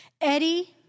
Eddie